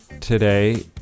today